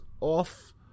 off